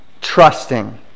trusting